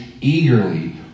Eagerly